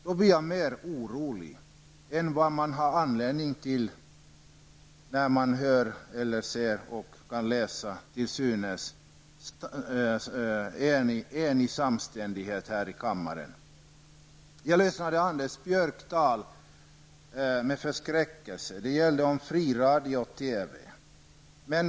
Jag har då blivit mer orolig än vad man har anledning till när man hör och ser den samstämmighet som synes råda här i kammaren. Jag lyssnade med förskräckelse på Anders Björcks tal om fri radio och TV.